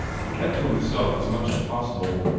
he kept to himself as much as possible.